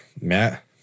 Matt